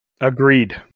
agreed